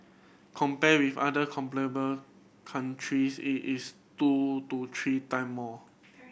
compared with other countries it is two to three time more